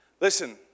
Listen